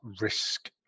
risk